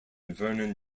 vernon